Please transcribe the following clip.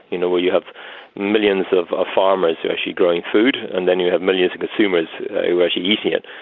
you know where you have millions of ah farmers who are actually growing food, and then you have millions of consumers who are actually eating it,